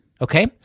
Okay